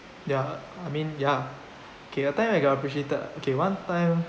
ya I mean ya okay a time you got appreciated okay one time